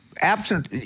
absent